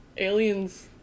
Aliens